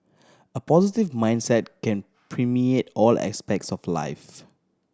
a positive mindset can permeate all aspects of life